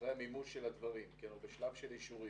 אחרי המימוש של הדברים כי אנחנו בשלב של אישורים.